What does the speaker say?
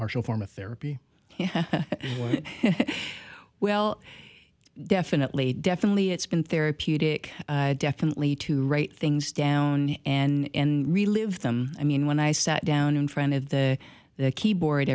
partial form of therapy yeah well definitely definitely it's been therapeutic definitely to write things down and relive them i mean when i sat down in front of the keyboard